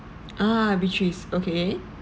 ah beatrice okay